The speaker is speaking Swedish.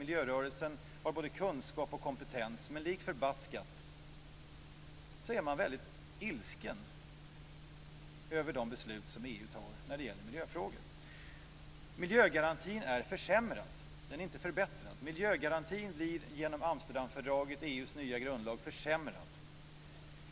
Miljörörelsen har både kunskap och kompetens. Lik förbaskat är man ilsken över de beslut EU fattar i miljöfrågor. Miljögarantin har försämrats, inte förbättrats. Miljögarantin blir genom Amsterdamfördraget - EU:s nya grundlag - försämrad.